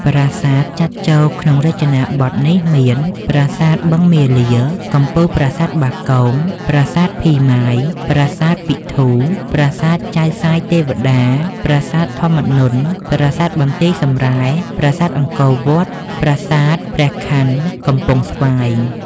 ប្រាសាទចាត់ចូលក្នុងរចនាបថនេះមាន ប្រាសាទបឹងមាលា កំពូលប្រាសាទបាគង ប្រាសាទភីម៉ាយ ប្រាសាទព្រះពិធូ ប្រាសាទចៅសាយទេវតា ប្រាសាទធម្មានន្ទ ប្រាសាទបន្ទាយសំរ៉ែ ប្រាសាទអង្គរវត្ត ប្រាសាទ ព្រះខន័ កំពង់ស្វាយ ។